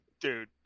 Dude